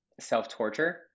self-torture